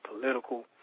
political